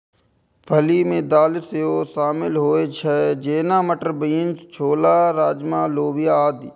फली मे दालि सेहो शामिल होइ छै, जेना, मटर, बीन्स, छोला, राजमा, लोबिया आदि